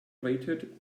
rated